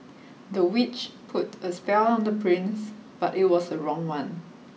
the witch put a spell on the prince but it was the wrong one